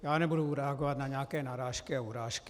Já nebudu reagovat na nějaké narážky a urážky.